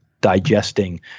digesting